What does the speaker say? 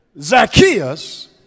Zacchaeus